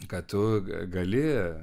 kad tu gali